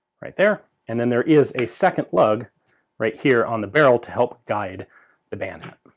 right there. and then there is a second lug right here on the barrel to help guide the bayonet.